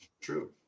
True